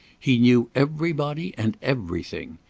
he knew everybody and everything.